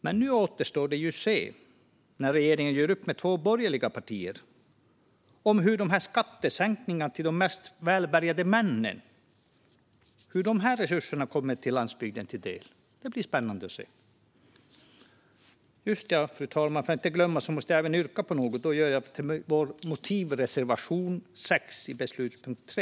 Men när regeringen nu gör upp med två borgerliga partier återstår det att se om skattesänkningarna till de mest välbärgade männen kommer att ge mer resurser till landsbygden. Det ska bli spännande att se. Fru talman! Jag får inte glömma att yrka bifall till vår motivreservation 6 i beslutspunkt 3.